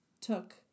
took